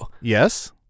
Yes